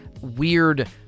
weird